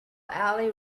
ali